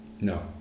No